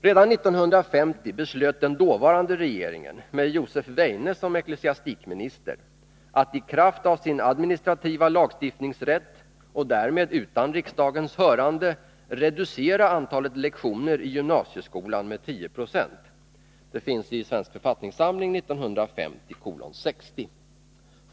Redan 1950 beslöt den dåvarande regeringen med Josef Weijne som ecklesiastikminister att i kraft av sin administrativa lagstiftningsrätt — och därmed utan riksdagens hörande — reducera antalet lektioner i realskolan med ca 10 960 .